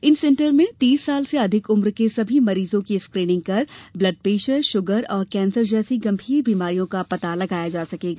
इन centres में तीस साल से अधिक उम्र के सभी मरीजों की स्क्रीनिंग कर ब्लड प्रेशर शु्गर और कैंसर जैसी बिमारीयों का पता लगाया जा सकेगा